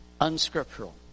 unscriptural